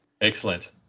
excellent